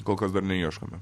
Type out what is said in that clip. kol kas dar neieškome